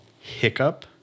hiccup